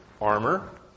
armor